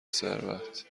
ثروت